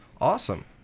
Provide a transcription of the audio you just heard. Awesome